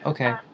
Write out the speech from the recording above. Okay